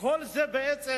כל זה בעצם,